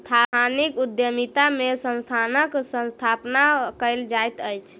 सांस्थानिक उद्यमिता में संस्थानक स्थापना कयल जाइत अछि